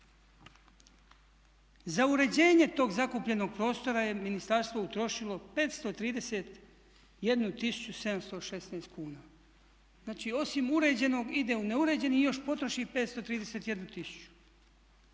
Za uređenje tog zakupljenog prostora je ministarstvo utrošilo 531716 kn. Znači, osim uređenog ide u neuređeni i još potroši 531